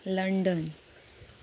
London